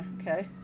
okay